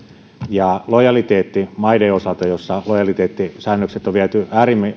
lojaliteetti maiden osalta joissa lojaliteettisäännökset on viety